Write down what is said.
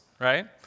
right